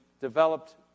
developed